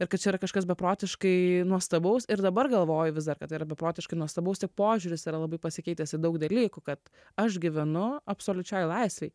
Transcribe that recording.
ir kad čia yra kažkas beprotiškai nuostabaus ir dabar galvoju vis dar kad tai yra beprotiškai nuostabaus jų požiūris yra labai pasikeitęs į daug dalykų kad aš gyvenu absoliučioj laisvėj